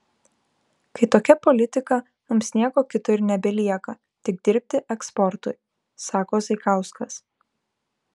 kai tokia politika mums nieko kito ir nebelieka tik dirbti eksportui sako zaikauskas